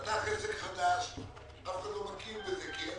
פתח עסק חדש אבל אף אחד לא מכיר בזה כי אולי